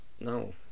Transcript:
No